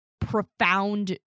profound